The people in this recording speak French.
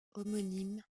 homonyme